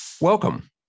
Welcome